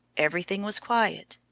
everything was quiet,